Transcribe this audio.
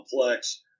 complex